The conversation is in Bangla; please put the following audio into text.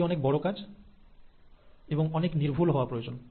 এটি অনেক বড় কাজ এবং অনেক নির্ভুল হওয়া প্রয়োজন